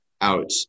out